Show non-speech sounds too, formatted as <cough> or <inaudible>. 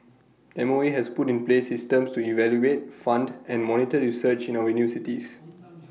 M O E has put in place systems to evaluate fund and monitor research in our <unintelligible>